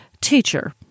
Teacher